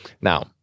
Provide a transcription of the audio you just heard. Now